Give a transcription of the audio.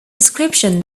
description